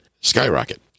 skyrocket